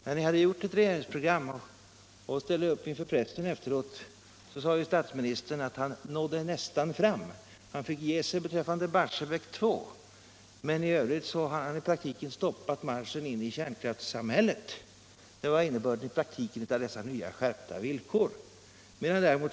När ni hade upprättat ett regeringsprogram och ställde upp inför pressen sade statsministern att han nådde nästan fram — han fick ge sig beträffande Barsebäck 2 men i övrigt hade han i praktiken stoppar marschen in i kärnkraftssamhället. Det var innebörden av dessa nya skärpta villkor.